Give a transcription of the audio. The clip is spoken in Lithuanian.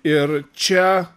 ir čia